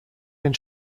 den